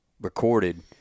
recorded